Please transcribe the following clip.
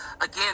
again